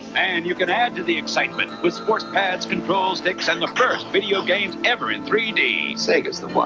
and you can add to the excitement with sports pads, control sticks and the first video games ever in three d. sega's the one.